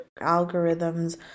algorithms